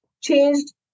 changed